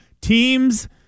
Teams